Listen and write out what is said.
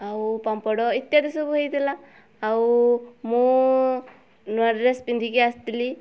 ଆଉ ପାମ୍ପଡ଼ ଇତ୍ୟାଦି ସବୁ ହେଇଥିଲା ଆଉ ମୁଁ ନୂଆ ଡ୍ରେସ୍ ପିନ୍ଧିକି ଆସିଥିଲି